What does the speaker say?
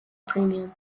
premium